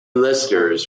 listeners